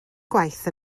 gwaith